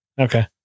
okay